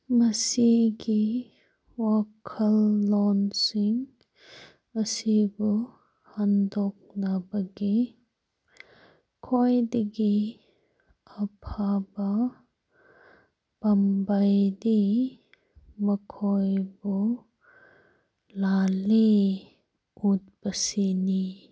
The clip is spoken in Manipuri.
ꯃꯁꯤꯒꯤ ꯋꯥꯈꯜꯂꯣꯟꯁꯤꯡ ꯑꯁꯤꯕꯨ ꯍꯟꯗꯣꯛꯅꯕꯒꯤ ꯈ꯭ꯋꯥꯏꯗꯒꯤ ꯑꯐꯕ ꯄꯥꯝꯕꯩꯗꯤ ꯃꯈꯣꯏꯕꯨ ꯂꯥꯜꯂꯦ ꯎꯠꯄꯁꯤꯅꯤ